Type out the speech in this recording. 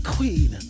Queen